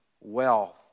Wealth